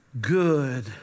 good